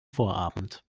vorabend